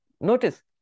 Notice